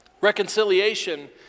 Reconciliation